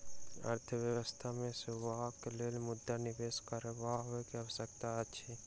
अर्थव्यवस्था मे सेवाक लेल मुद्रा निवेश करबाक आवश्यकता अछि